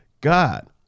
God